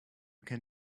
can